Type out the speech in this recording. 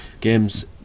games